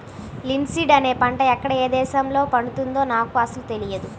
linseed అనే పంట ఎక్కడ ఏ దేశంలో పండుతుందో నాకు అసలు తెలియదు